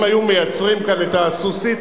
אם היו מייצרים כאן את ה"סוסיתות",